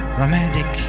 romantic